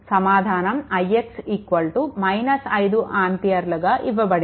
సమాధానం ix 5 ఆంపియర్లుగా ఇవ్వబడింది